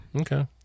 Okay